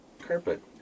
carpet